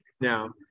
now